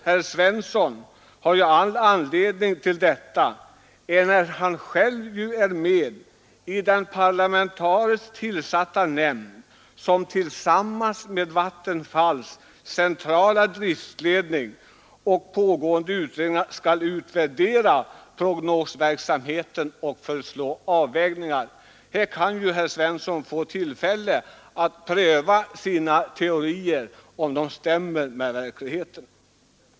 Herr Svensson har också haft anledning att göra det, eftersom han själv är med i den parlamentariskt tillsatta nämnd som tillsammans med Vattenfalls centrala driftledning och pågående utredningar skall utvärdera prognosverksamheten och föreslå avvägningar. Då kan ju herr Svensson få tillfälle att pröva sina teorier och se om de stämmer med verkligheten.